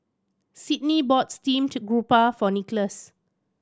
Sydney bought steamed garoupa for Nickolas